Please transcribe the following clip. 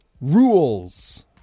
rules